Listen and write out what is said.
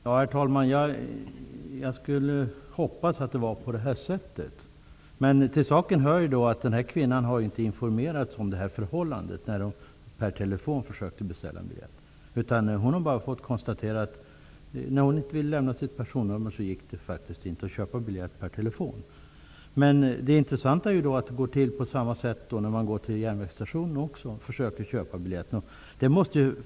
Herr talman! Jag önskar att det var så. Men till saken hör att kvinnan inte har informerats om detta förhållande när hon försökte beställa en biljett per telefon. Hon har bara fått veta att när hon inte ville lämna sitt personnummer kunde hon inte köpa biljett per telefon. Det intressanta är att det går till på samma sätt när man går till järnvägsstationen och försöker köpa biljett.